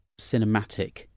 cinematic